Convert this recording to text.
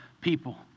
people